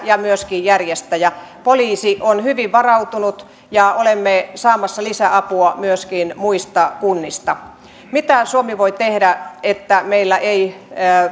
ja myöskin järjestäjä tehdä poliisi on hyvin varautunut ja olemme saamassa lisäapua myöskin muista kunnista mitä suomi voi tehdä niin että meillä ei niiden